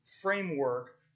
framework